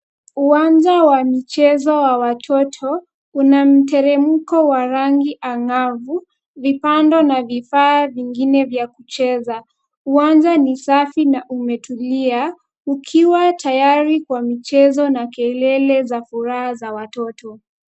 Uwanja wa michezo wa watoto, una mteremko wa rangi angavu, vipande na vifaa vingine vya kucheza . Uwanja ni safi na umetulia ukiwa tayari kwa michezo na kelele za furaha za watoto.